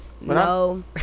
no